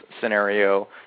scenario